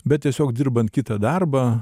bet tiesiog dirbant kitą darbą